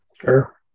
sure